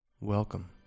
Welcome